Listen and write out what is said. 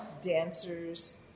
dancers